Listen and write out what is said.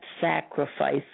sacrifice